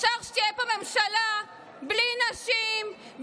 אפשר שתהיה פה ממשלה בלי נשים,